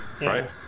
Right